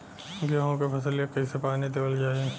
गेहूँक फसलिया कईसे पानी देवल जाई?